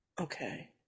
Okay